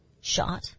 Shot